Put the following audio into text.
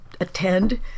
attend